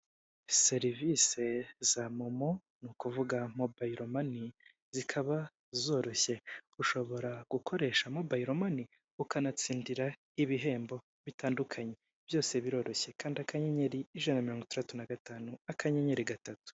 Serivisi za momo ni ukuvuga mobayilo mani zikaba zoroshye ushobora gukoresha mobile money ukanatsindira ibihembo bitandukanye byose biroroshye kanda akanyenyeri ijana na mirongo itandatu na gatanu akanyeri gatatu.